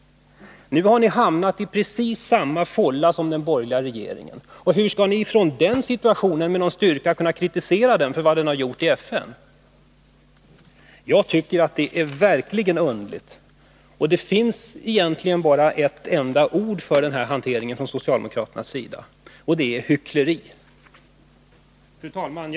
Nu har ni hamnat i precis samma fålla som den borgerliga regeringen. Hur skall ni i den situationen med någon styrka kunna kritisera regeringen för vad den har gjort i FN? Jag tycker att socialdemokraternas agerande verkligen är 173 underligt, och det finns bara ett ord för det, nämligen hyckleri. Fru talman!